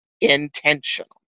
intentional